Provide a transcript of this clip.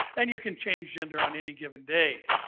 and you can change gender on any given day.